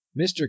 Mr